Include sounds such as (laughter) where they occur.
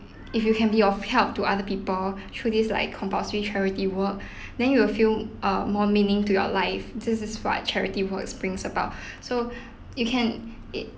if you can be of help to other people through this like compulsory charity work (breath) then you will feel err more meaning to your life this is what charity work brings about (breath) so you can it